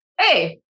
hey